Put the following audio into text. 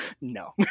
no